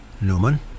Newman